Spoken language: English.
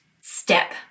step